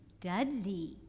Dudley